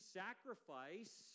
sacrifice